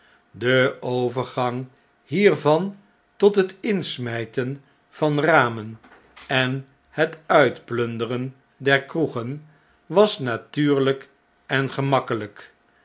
de overgang hierv'an tot het insmjjten van ramen en het uitplunderen der kroegen was natuurljjk en gemakkelijk